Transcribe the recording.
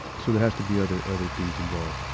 so there has to be other, other things involved.